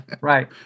Right